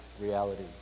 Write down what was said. reality